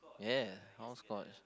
yeah hopscotch